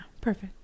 perfect